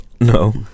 no